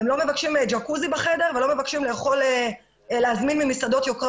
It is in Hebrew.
הם לא מבקשים ג'קוזי בחדר ולא מבקשים להזמין אוכל ממסעדות יוקרה.